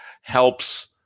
helps